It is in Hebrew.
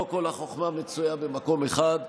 לא כל החוכמה מצויה במקום אחד.